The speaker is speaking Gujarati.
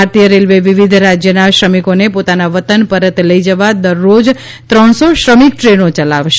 ભારતીય રેલ્વે વિવિધ રાજ્યના શ્રમિકોને સોતોના વતન સરત લઇ જવા દરરોજ ત્રણસો શ્રમિકદ્રેનો ચલાવાશે